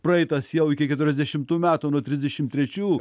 praeitas jau iki keturiasdešimtų metų nuo trisdešim trečių